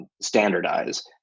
Standardize